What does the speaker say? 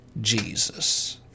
Jesus